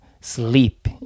sleep